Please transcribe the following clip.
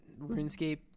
RuneScape